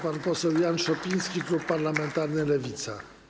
Pan poseł Jan Szopiński, klub parlamentarny Lewica.